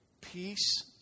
Peace